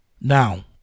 now